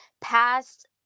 past